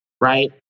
right